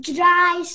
Dry